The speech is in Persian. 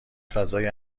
فضای